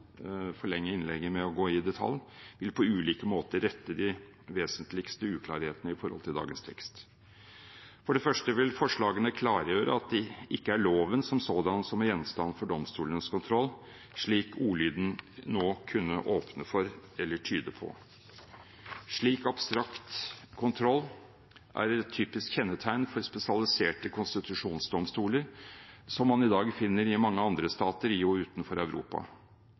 forlenge innlegget med å gå i detalj om, vil på ulike måter rette de vesentligste uklarhetene i forhold til dagens tekst. For det første vil forslagene klargjøre at det ikke er loven som sådan som er gjenstand for domstolenes kontroll, slik ordlyden nå kunne åpne for eller tyde på. Slik «abstrakt kontroll» er et typisk kjennetegn for spesialiserte konstitusjonsdomstoler som man i dag finner i mange andre stater i og utenfor Europa.